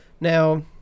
Now